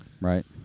Right